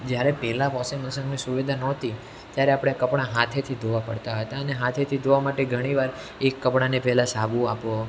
જ્યારે પહેંલા વોશિંગ મશીનની સુવિધા નહોતી ત્યારે આપણે કપડા હાથેથી ધોવા પડતા હતા અને હાથેથી ધોવા માટે ઘણી વાર એક કપડાને પહેલાં સાબુ આપવો